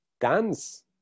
dance